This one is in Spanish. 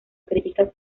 críticas